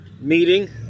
Meeting